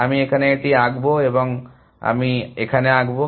আমি এখানে এটি আঁকব এবং আমি এটি এখানে আঁকব